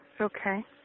Okay